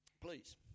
Please